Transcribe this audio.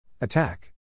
Attack